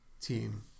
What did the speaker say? team